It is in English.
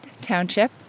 Township